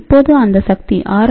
இப்போது அந்த சக்தி ஆர்